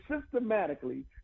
systematically